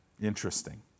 Interesting